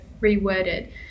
reworded